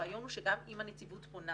הרעיון הוא שגם אם הנציבות פונה